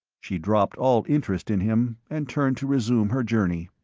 she dropped all interest in him and turned to resume her journey.